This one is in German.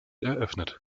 eröffnet